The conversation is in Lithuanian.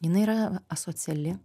jinai yra asociali